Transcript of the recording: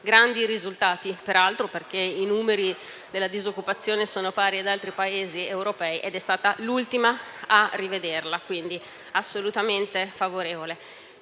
grandi risultati perché i numeri della disoccupazione sono pari a quelli di altri Paesi europei ed è stata l'ultima a rivederla. Siamo quindi assolutamente favorevoli